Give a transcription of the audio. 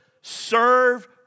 serve